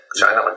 China